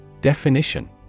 Definition